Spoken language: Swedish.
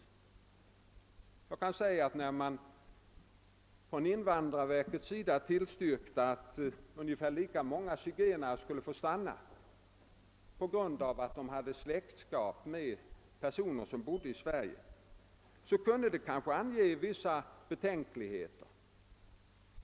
Jag kan nämna att när invandrarverket tillstyrkte, att ungefär lika många zigenare skulle få stanna på grund av att de hade släktskap med personer som bodde i Sverige, kunde det kanske anges vissa betänkligheter.